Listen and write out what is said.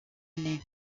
années